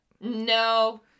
No